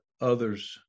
others